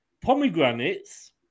Pomegranates